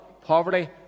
poverty